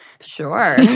Sure